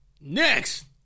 Next